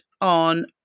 on